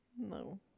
No